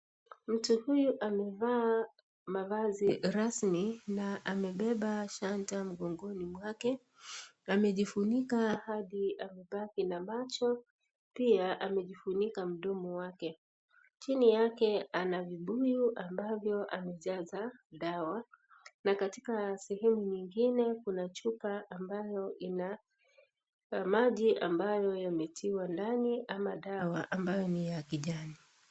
Mtu huyu amevaa mavazi rasmi na amebeba shanga mgongoni mwake. Amejifunika hadi amebaki na macho, pia amejifunika mdomo wake. Chini yake kuna vibuyu ambavyo amejaza dawa na katika sehemu nyingine kuna chupa ambayo ina maji ambayo yametiwa ndani ama dawa ambayo ni ya kijani.